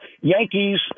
Yankees